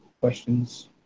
questions